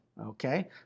Okay